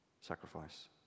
sacrifice